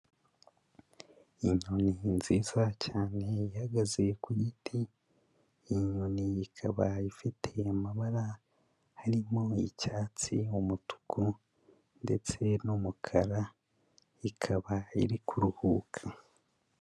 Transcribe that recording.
Inyoni nziza cyane ihagaze ku giti, iyi nyoni ikaba ifite amabara harimo icyatsi, umutuku ndetse n'umukara, ikaba iri kuruhuka.